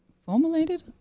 formulated